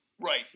right